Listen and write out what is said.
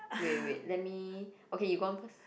wait wait wait let me okay you go on first